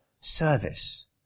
service